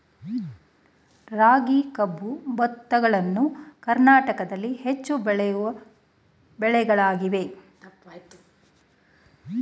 ರಾಗಿ, ಕಬ್ಬು, ಭತ್ತಗಳನ್ನು ಕರ್ನಾಟಕದಲ್ಲಿ ಹೆಚ್ಚು ಬೆಳೆಯೋ ಬೆಳೆಗಳಾಗಿವೆ